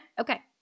Okay